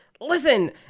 Listen